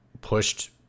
pushed